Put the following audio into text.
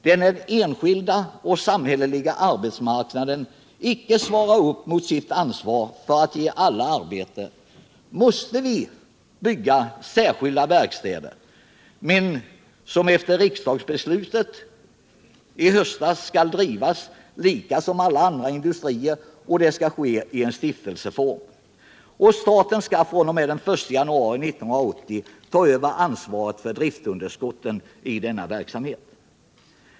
När den enskilda och samhälleliga arbetsmarknaden icke svarar upp mot sitt ansvar för att ge alla arbete måste vi bygga särskilda verkstäder, men sådana som efter riksdagsbeslutet i höstas skall kunna drivas lika bra som alla andra industrier och i stiftelseform. Staten skall fr.o.m. den I januari 1980 ta över ansvaret för driftsunderskotten i denna verksamhet.